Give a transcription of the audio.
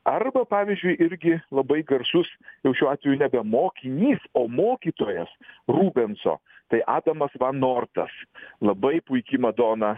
arba pavyzdžiui irgi labai garsus jau šiuo atveju nebe mokinys o mokytojas rubenso tai adamas van nortas labai puiki madona